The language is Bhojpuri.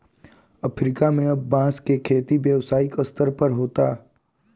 अफ्रीका में अब बांस के खेती व्यावसायिक स्तर पर होता